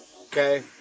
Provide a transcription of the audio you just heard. okay